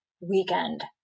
weekend